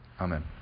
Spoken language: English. Amen